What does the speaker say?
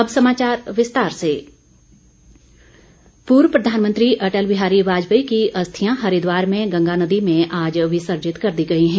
अस्थि विसर्जन पूर्व प्रधानमंत्री अटल बिहारी वाजपेयी की अस्थियां हरिद्वार में गंगा नदी में आज विसर्जित कर दी गई हैं